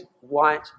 white